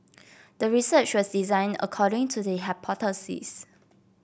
the research was designed according to the hypothesis